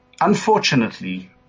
unfortunately